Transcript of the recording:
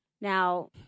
Now